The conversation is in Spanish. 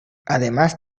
además